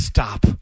Stop